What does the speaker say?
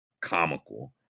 comical